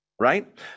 right